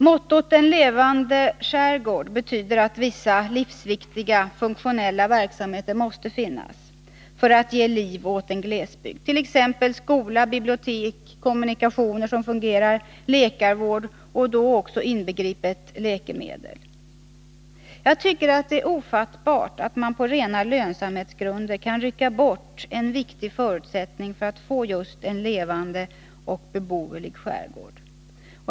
Mottot ”En levande skärgård” betyder att vissa livsviktiga funktionella verksamheter måste finnas för att ge liv åt denna glesbygd — t.ex. skola, bibliotek, kommunikationer som fungerar, läkarvård, då också inbegripet läkemedel. Det är ofattbart att man på rena lönsamhetsgrunder kan rycka bort en viktig förutsättning för att få just en levande och beboelig skärgård.